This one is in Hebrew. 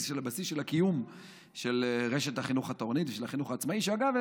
של הבסיס של הקיום של רשת החינוך התורני ושל החינוך העצמאי שאגב,